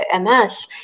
MS